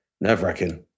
nerve-wracking